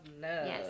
Yes